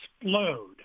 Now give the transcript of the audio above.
explode